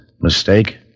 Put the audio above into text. Mistake